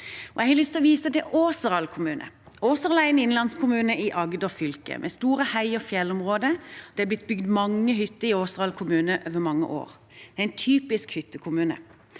lyst å vise til Åseral kommune. Åseral er en innlandskommune i Agder fylke, med store heier og fjellområder. Det har blitt bygd mange hytter i Åseral kommune over mange år. Det er en typisk hyttekommune.